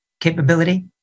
capability